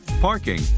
parking